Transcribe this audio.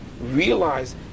realize